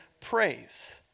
praise